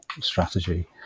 strategy